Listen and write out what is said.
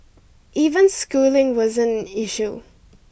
even schooling wasn't an issue